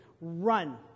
Run